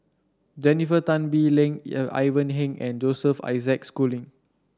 Jennifer Tan Bee Leng Ivan Heng and Joseph Isaac Schooling